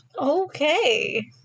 Okay